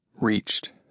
Reached